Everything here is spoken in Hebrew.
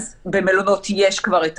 אז במלונות יש כבר את